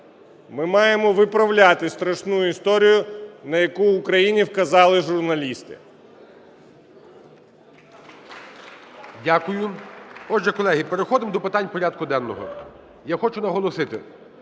Ми маємо виправляти страшну історію, на яку в Україні вказали журналісти. (Оплески) ГОЛОВУЮЧИЙ. Дякую. Отже, колеги, переходимо до питань порядку денного. Я хочу наголосити,